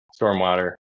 stormwater